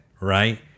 right